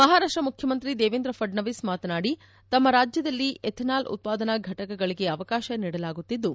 ಮಹಾರಾಷ್ಟ ಮುಖ್ಯಮಂತ್ರಿ ದೇವೇಂದ್ರ ಫಡ್ನವಿಸ್ ಮಾತನಾಡಿ ತಮ್ಮ ರಾಜ್ಯದಲ್ಲಿ ಎಥೆನಾಲ್ ಉತ್ಪಾದನಾ ಘಟಕಗಳಿಗೆ ಅವಕಾಶ ನೀಡಲಾಗುತ್ತಿದ್ದು